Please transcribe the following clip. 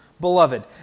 Beloved